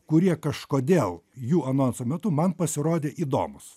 kurie kažkodėl jų anonso metu man pasirodė įdomūs